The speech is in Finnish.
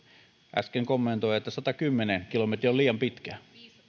äsken kommentoi että satakymmentä kilometriä on liian pitkä